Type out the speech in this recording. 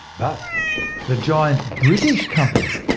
but the giant british company,